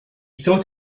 thought